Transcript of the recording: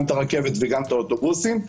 גם את הרכבת וגם את האוטובוסים.